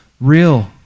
real